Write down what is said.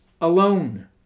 alone